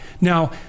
Now